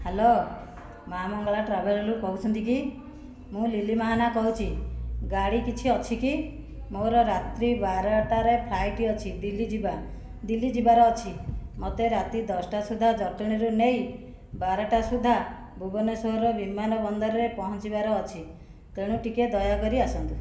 hello ମା ମଙ୍ଗଳା ଟ୍ରାଭେଲରୁ କହୁଛନ୍ତି କି ମୁଁ ଲିଲି ମାହାନା କହୁଛି ଗାଡ଼ି କିଛି ଅଛି କି ମୋର ରାତ୍ରି ବାରଟାରେ ଫ୍ଲାଇଟ୍ ଅଛି ଦିଲ୍ଲୀ ଯିବା ଦିଲ୍ଲୀ ଯିବାର ଅଛି ମୋତେ ରାତି ଦଶଟା ସୁଦ୍ଧା ଜଟଣିରୁ ନେଇ ବାରଟା ସୁଦ୍ଧା ଭୁବନେଶ୍ୱର ବିମାନ ବନ୍ଦରରେ ପହଞ୍ଚିବାର ଅଛି ତେଣୁ ଟିକେ ଦୟାକରି ଆସନ୍ତୁ